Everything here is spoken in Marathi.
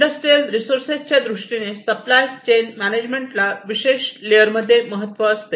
इंडस्ट्रियल रिसोर्सेसच्या दृष्टीने सप्लाय चेन मॅनेजमेंट ला विशेष लेअरमध्ये महत्त्व असते